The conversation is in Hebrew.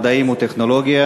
מדעים וטכנולוגיה,